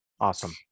Awesome